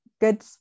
good